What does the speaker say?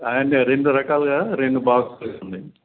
రెండు రకాలుగా రెండు బాక్స్ ఉన్నాయి